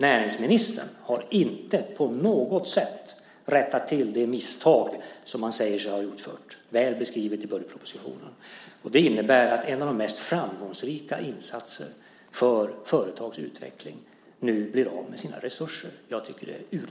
Näringsministern har dock inte på något sätt rättat till det misstag som man säger sig ha gjort, väl beskrivet i budgetpropositionen. Det innebär att en av våra mest framgångsrika insatser för företags utveckling nu blir av med sina resurser. Jag tycker att det är urdåligt.